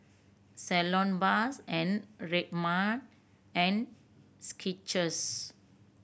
Salonpas and Red Man and Skechers